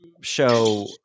show